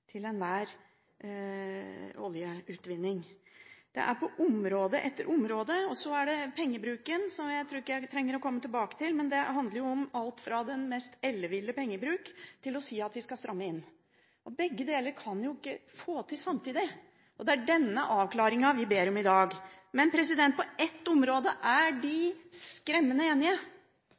til enhver oljeutvinning. Det gjelder område etter område. Så er det pengebruken. Den trenger jeg ikke å komme tilbake til, men det handler om alt fra den mest elleville pengebruk til å si at vi skal stramme inn. Men en kan jo ikke få til begge deler samtidig. Det er denne avklaringen vi ber om i dag. På ett område er de skremmende enige,